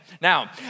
Now